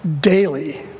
daily